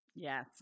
Yes